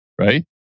Right